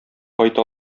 кайта